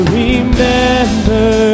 remember